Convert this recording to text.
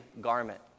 garment